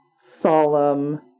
solemn